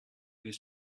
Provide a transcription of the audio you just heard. his